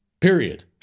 period